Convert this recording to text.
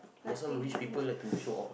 but some rich people like to show off